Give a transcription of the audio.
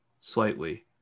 slightly